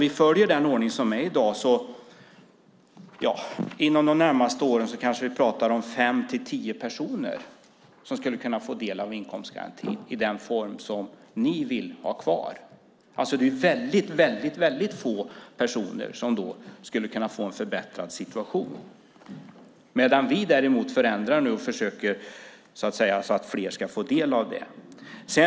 Inom de närmaste åren kanske det handlar om fem till tio personer som skulle kunna få del av inkomstgarantin i den form som ni vill ha kvar. Det är alltså väldigt få personer som då skulle kunna få en förbättrad situation. Vi, däremot, förändrar nu och försöker se till att fler ska få del av det här.